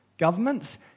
Governments